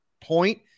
point